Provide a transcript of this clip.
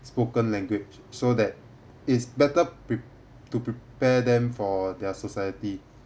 spoken language so that is better pre~ to prepare them for their society